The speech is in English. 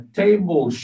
table